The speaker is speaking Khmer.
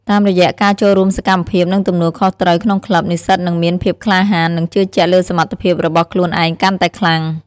តាមរយៈការចូលរួមសកម្មភាព និងទទួលខុសត្រូវក្នុងក្លឹប និស្សិតនឹងមានភាពក្លាហាន និងជឿជាក់លើសមត្ថភាពរបស់ខ្លួនឯងកាន់តែខ្លាំង។